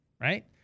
right